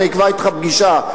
אקבע אתך פגישה,